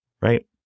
Right